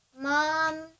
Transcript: mom